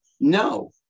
No